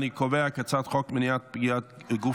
אני קובע כי הצעת חוק מניעת פגיעת גוף